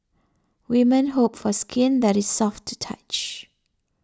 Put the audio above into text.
women hope for skin that is soft to touch